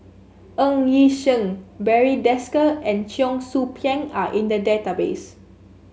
Ng Yi Sheng Barry Desker and Cheong Soo Pieng are in the database